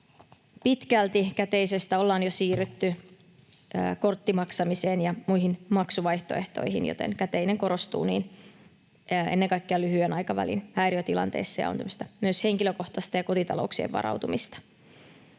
pitkälti käteisestä ollaan jo siirretty korttimaksamiseen ja muihin maksuvaihtoehtoihin, joten käteinen korostuu ennen kaikkea lyhyen aikavälin häiriötilanteissa ja on myös tämmöistä henkilökohtaista ja kotitalouksien varautumista.